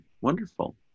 wonderful